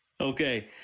Okay